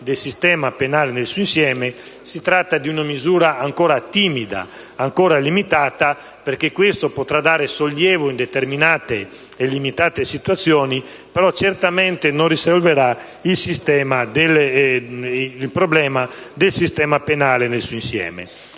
profilo, a mio modo di vedere, si tratta di una misura ancora timida, ancora limitata, perché essa potrà dare sollievo in determinate situazioni ma certamente non risolverà il problema del sistema penale nel suo insieme.